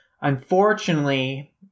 unfortunately